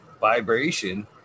vibration